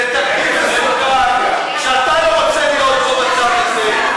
זה תקדים מסוכן, שאתה לא רוצה להיות במצב הזה.